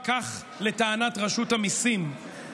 כך לטענת רשות המיסים,